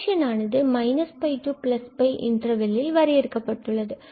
function ஆனது x என்ற interval ல் வரையறுக்கப்பட்டுள்ளது